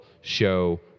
show